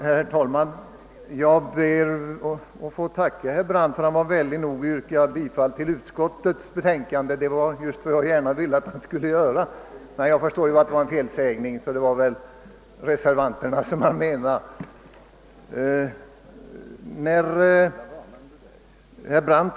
Herr talman! Jag ber att få tacka herr Brandt för att han var vänlig att yrka bifall till utskottets hemställan. Det var just vad jag ville att han skulle göra, men jag förstår att det var en felsägning. Herr Brandt avsåg säkerligen att yrka bifall till reservationen.